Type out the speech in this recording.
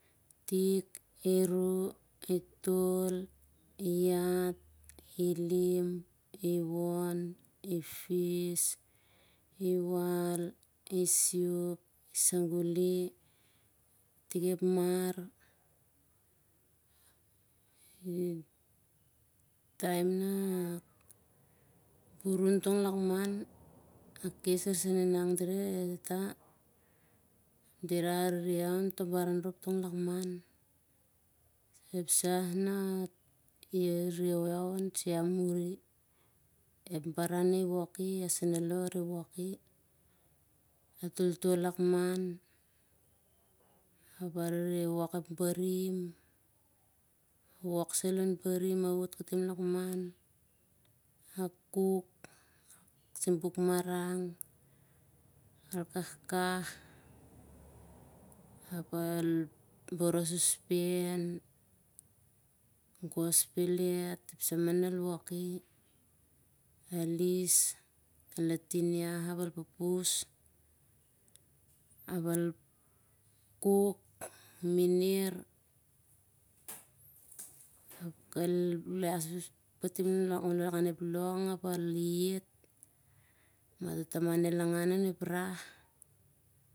Siok ep bonot ap i tik, iruh, itol, ihat, ilim, iwon ifis, iwal. isiok. i tik ep mar. ep taem nah burun tong lakman a kes arisan e nang dirau e tata, dira arere iau on toh baran rop tong lakman. ep sah na arere iau on sur al muri, ep baran nah i wok i iasenalo a woki. a toltol lakman ap a rere wok ep barim. wok sai lon barim a wot katim lakman a kuk, sipuk marang al kahkah ap al boros sospen. gos pellet ep samah na al wok i, al his al atin iah ap al pupus ap al kuk mener ap kal losi kalakand ep long ap al iet ap matoh taman el angan on ep rah.